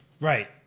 right